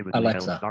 ah alexa, ah